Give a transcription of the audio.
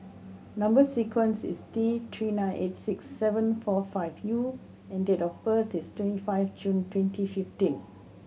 number sequence is T Three nine eight six seven four five U and date of birth is twenty five June twenty fifteen